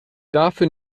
dafür